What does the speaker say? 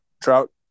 drought